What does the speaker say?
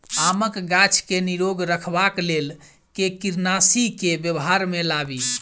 आमक गाछ केँ निरोग रखबाक लेल केँ कीड़ानासी केँ व्यवहार मे लाबी?